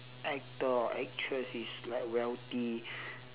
actor or actress is like wealthy